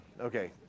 okay